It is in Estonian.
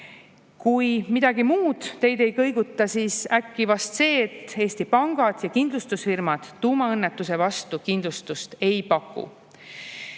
Kui midagi muud teid ei kõiguta, siis äkki see, et Eesti pangad ja kindlustusfirmad tuumaõnnetuse vastu kindlustust ei paku.